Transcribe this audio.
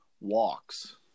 walks